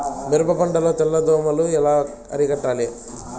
మిరప పంట లో తెల్ల దోమలు ఎలా అరికట్టాలి?